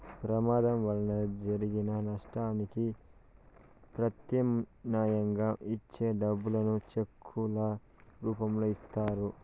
ప్రమాదం వలన జరిగిన నష్టానికి ప్రత్యామ్నాయంగా ఇచ్చే డబ్బులను చెక్కుల రూపంలో ఇత్తారు